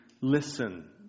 listen